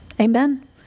Amen